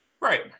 Right